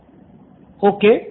student 1 okay